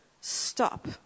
stop